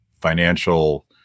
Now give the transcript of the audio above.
financial